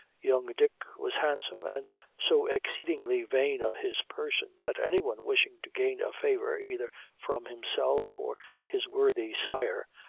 young dick was handsome, and so exceedingly vain of his person, that any one wishing to gain a favor either from himself or his worthy sire,